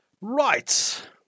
right